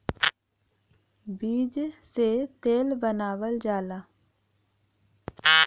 बीज से तेल बनावल जाला